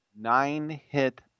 nine-hit